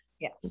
Yes